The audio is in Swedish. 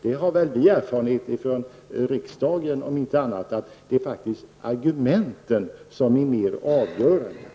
Om inte annat så har väl vi här i riksdagen erfarenhet av att argumenten är mer avgörande.